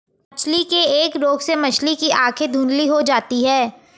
मछली के एक रोग से मछली की आंखें धुंधली हो जाती है